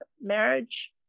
marriage